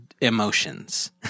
emotions